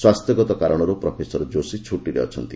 ସ୍ୱାସ୍ଥ୍ୟଗତ କାରଣରୁ ପ୍ରଫେସର ଯୋଶୀ ଛୁଟିରେ ଅଛନ୍ତି